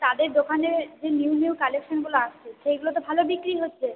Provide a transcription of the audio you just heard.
তাদের দোকানে যে নিউ নিউ কালেকশনগুলো আসছে সেগুলো তো ভালো বিক্রি হচ্ছে